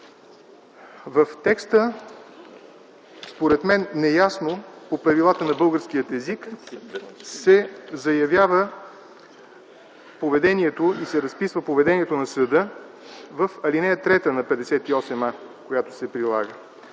в текста, неясно по правилата на българския език, се заявява поведението и се разписва поведението на съда в ал. 3 на чл. 58а, която се прилага.